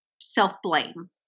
self-blame